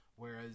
Whereas